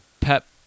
Pep